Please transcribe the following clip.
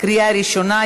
לקריאה ראשונה.